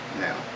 now